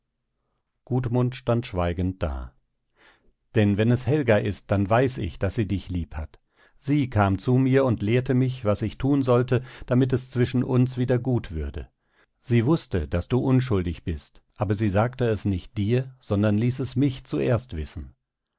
hast gudmund stand schweigend da denn wenn es helga ist dann weiß ich daß sie dich lieb hat sie kam zu mir und lehrte mich was ich tun sollte damit es zwischen uns wieder gut würde sie wußte daß du unschuldig bist aber sie sagte es nicht dir sondern ließ es mich zuerst wissen